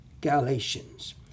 Galatians